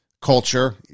culture